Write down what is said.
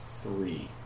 three